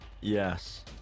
Yes